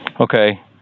Okay